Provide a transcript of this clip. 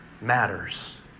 matters